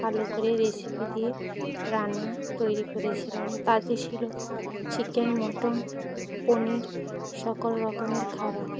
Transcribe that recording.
ভালো করে রেসিপি দিয়ে রান্না তৈরি করেছিলাম তাতে ছিলো চিকেন মটন পনির সকল রকমের খাবার